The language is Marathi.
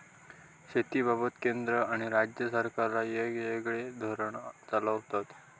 शेतीबाबत केंद्र आणि राज्य सरकारा येगयेगळे धोरण चालवतत